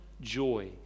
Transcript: joy